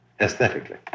aesthetically